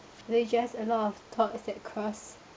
there just a lot of thoughts is that crossed